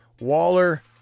Waller